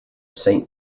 saint